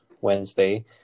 Wednesday